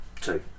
Two